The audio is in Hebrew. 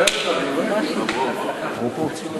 אני בטוח שאתה מקשיב.